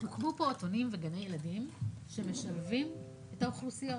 הוקמו פעוטונים וגני ילדים שמשלבים את האוכלוסיות.